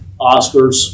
Oscars